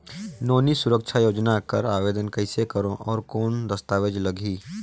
नोनी सुरक्षा योजना कर आवेदन कइसे करो? और कौन दस्तावेज लगही?